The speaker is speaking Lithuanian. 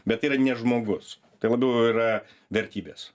bet yra ne žmogus tai labiau yra vertybės